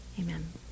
Amen